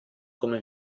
come